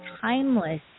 timeless